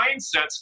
mindsets